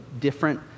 different